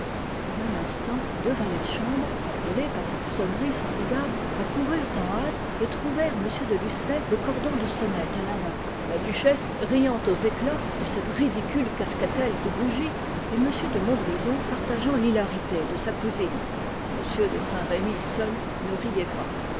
au même instant deux valets de chambre appelés par cette sonnerie formidable accoururent en hâte et trouvèrent m de lucenay le cordon de sonnette à la main la duchesse riant aux éclats de cette ridicule cascatelle de bougies et m de montbrison partageant l'hilarité de sa cousine m de saint-remy seul ne riait pas